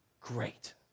great